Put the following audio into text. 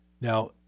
Now